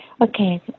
Okay